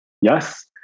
yes